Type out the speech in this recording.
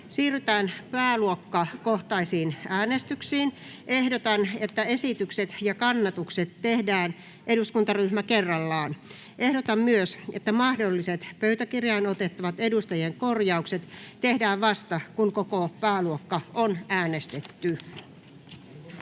Siirrytään pääluokkakohtaisiin äänestyksiin. Ehdotan, että esitykset ja kannatukset tehdään eduskuntaryhmä kerrallaan. Ehdotan myös, että mahdolliset pöytäkirjaan otettavat edustajien korjaukset tehdään vasta, kun koko pääluokka on äänestetty.